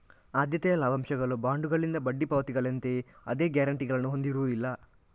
ಆದ್ಯತೆಯ ಲಾಭಾಂಶಗಳು ಬಾಂಡುಗಳಿಂದ ಬಡ್ಡಿ ಪಾವತಿಗಳಂತೆಯೇ ಅದೇ ಗ್ಯಾರಂಟಿಗಳನ್ನು ಹೊಂದಿರುವುದಿಲ್ಲ